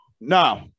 no